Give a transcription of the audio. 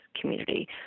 community